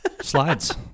Slides